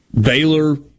baylor